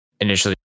initially